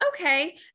okay